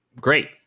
great